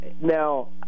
Now